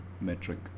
metric